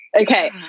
Okay